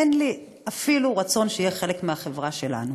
אין לי אפילו רצון שיהיה חלק מהחברה שלנו.